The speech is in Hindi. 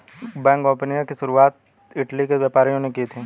बैंक गोपनीयता की शुरुआत इटली के व्यापारियों ने की थी